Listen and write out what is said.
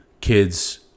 kids